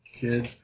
kids